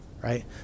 right